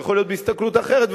זה יכול בהסתכלות אחרת,